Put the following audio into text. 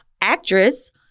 actress